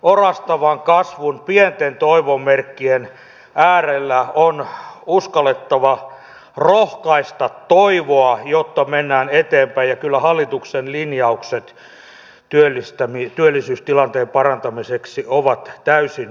orastavan kasvun pienten toivon merkkien äärellä on uskallettava rohkaista toivoa jotta mennään eteenpäin ja kyllä hallituksen linjaukset työllisyystilanteen parantamiseksi ovat täysin oikeat